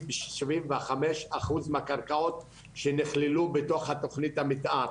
בשבעים וחמש אחוז מהקרקעות שנכללו בתוך תכנית המתאר,